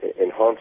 enhance